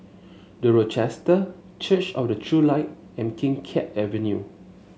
The Rochester Church of the True Light and Kim Keat Avenue